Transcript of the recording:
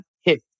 hit